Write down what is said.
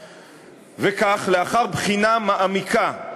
וכך, לאחר בחינה מעמיקה,